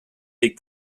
big